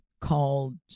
called